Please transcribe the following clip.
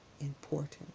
important